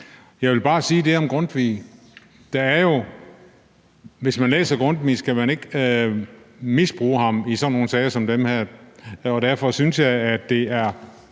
Jeg vil bare sige, at man, hvis man læser Grundtvig, ikke skal misbruge ham i sådan nogle sager som dem her. Derfor synes jeg, at det er